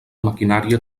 maquinària